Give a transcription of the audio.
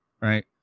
Right